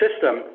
system